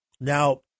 Now